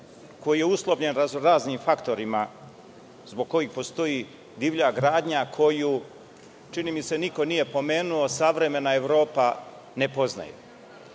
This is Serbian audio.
koji je uslovljen razno-raznim faktorima zbog kojih postoji divlja gradnja koju, čini mi se, niko nije pomenuo, savremena Evropa ne poznaje. Čak